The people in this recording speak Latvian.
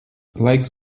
laiks